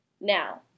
now